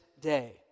day